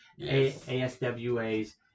aswa's